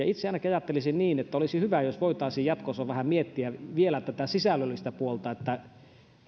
itse ainakin ajattelisin niin että olisi hyvä jos voitaisiin jatkossa vähän miettiä vielä tätä sisällöllistä puolta